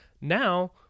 now